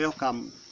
Welcome